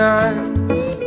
eyes